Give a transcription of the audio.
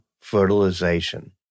fertilization